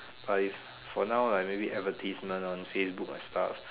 but is for now like maybe advertisement on Facebook or stuff